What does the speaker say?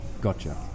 Gotcha